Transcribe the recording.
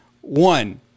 One